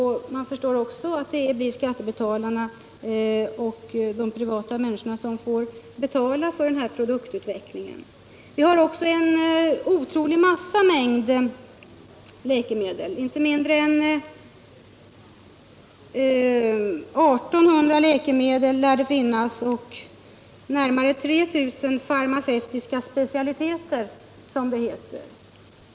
Man förstår också att det blir skattebetalarna och de privata människorna som får betala för denna. Vi har en otroligt stor mängd läkemedel. Det lär finnas inte mindre än 1 800 läkemedel och närmare 3 000 farmaceutiska specialiteter som det heter.